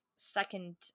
second